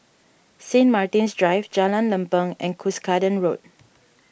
Saint Martin's Drive Jalan Lempeng and Cuscaden Road